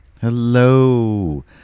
Hello